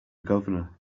governor